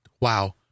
Wow